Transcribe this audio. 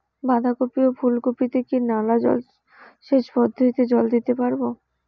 বাধা কপি ও ফুল কপি তে কি নালা সেচ পদ্ধতিতে জল দিতে পারবো?